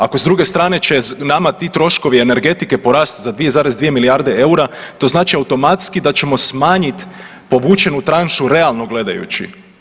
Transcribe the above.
Ako s druge strane će nama ti troškovi energetike porasti za 2,2 milijarde EUR-a to znači automatski da ćemo smanjit povučenu tranšu realno gledajući.